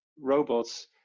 robots